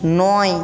নয়